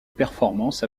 performances